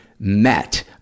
Met